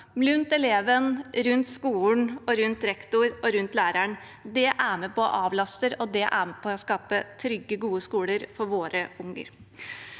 rundt eleven, rundt skolen, rundt rektor og rundt læreren. Det er med på å avlaste, og det er med på å skape trygge, gode skoler for våre unger.